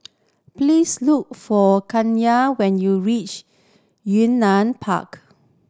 please look for Kaliyah when you reach Yunnan Park